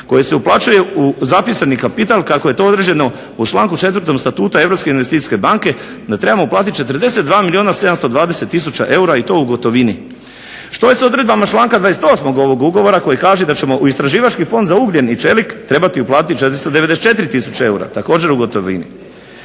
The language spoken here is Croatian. koji se uplaćuje u zapisani kapital kako je to određeno u članku 4. Statuta europske investicijske banke da trebamo uplatiti 42 milijuna 720 tisuća eura i to u gotovini. Što je s odredbama članka 28. ovog Ugovora koji kaže da ćemo u istraživački fond za ugljen i čelik trebati uplatiti 494 tisuće eura, također u gotovini.